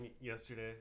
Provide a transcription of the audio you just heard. yesterday